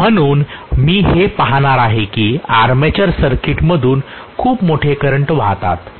म्हणून मी हे पाहणार आहे की आर्मेचर सर्किटमधून खूप मोठे करंट वाहतात